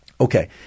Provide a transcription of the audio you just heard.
Okay